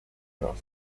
craft